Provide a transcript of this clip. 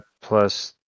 plus